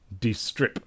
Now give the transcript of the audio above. Distrip